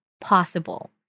possible